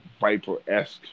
Viper-esque